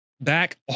back